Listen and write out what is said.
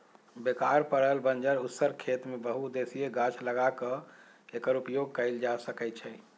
बेकार पड़ल बंजर उस्सर खेत में बहु उद्देशीय गाछ लगा क एकर उपयोग कएल जा सकै छइ